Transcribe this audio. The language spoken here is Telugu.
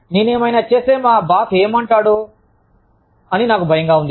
నేనేమైనా చేస్తే మా బాస్ ఏమంటాడో నాకు భయంగా ఉంది